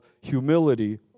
humility